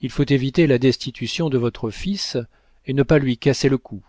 il faut éviter la destitution de votre fils et ne pas lui casser le cou